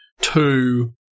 two